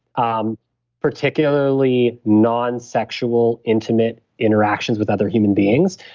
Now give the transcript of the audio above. um particularly nonsexual, intimate interactions with other human beings.